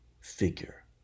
figure